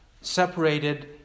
separated